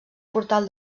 portal